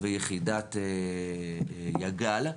ויחידת "יג"ל".